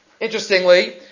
Interestingly